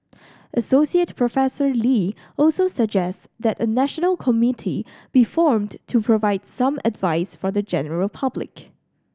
Associate Professor Lee also suggests that a national committee be formed to provide some advice for the general public